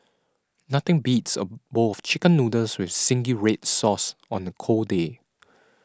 nothing beats a bowl of Chicken Noodles with Zingy Red Sauce on a cold day